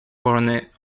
baronet